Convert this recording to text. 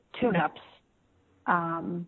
tune-ups